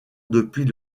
depuis